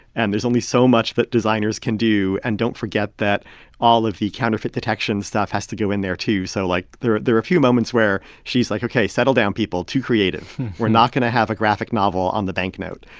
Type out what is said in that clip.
and there's only so much that designers can do. and don't forget that all of the counterfeit detection stuff has to go in there, too. so, like, there there were a few moments where she's like, ok, settle down people, too creative. we're not going to have a graphic novel on the banknote.